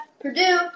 Purdue